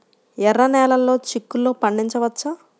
ఎర్ర నెలలో చిక్కుల్లో పండించవచ్చా?